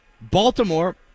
Baltimore